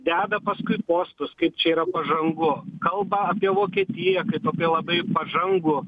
deda paskui postus kaip čia yra pažangu kalba apie vokietiją kaip apie labai pažangų